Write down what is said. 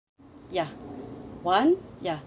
ya one ya